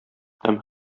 һәм